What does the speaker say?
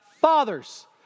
fathers